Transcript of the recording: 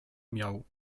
miał